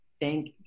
thank